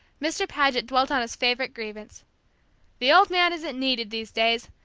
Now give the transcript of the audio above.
mr. paget dwelt on his favorite grievance the old man isn't needed, these days.